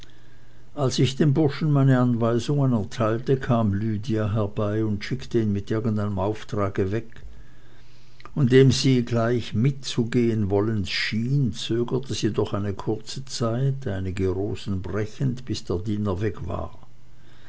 als ich dem burschen meine anweisungen erteilte kam lydia herbei und schickte ihn mit irgendeinem auftrage weg und indem sie gleich mitzugehen willens schien zögerte sie doch eine kurze zeit einige rosen brechend bis der diener weg war